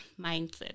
mindset